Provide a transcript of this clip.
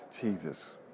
Jesus